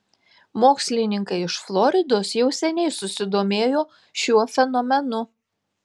mokslininkai iš floridos jau seniai susidomėjo šiuo fenomenu